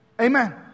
Amen